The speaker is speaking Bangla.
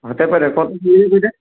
হতে পারে কত